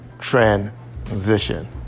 transition